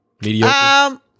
Mediocre